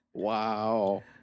Wow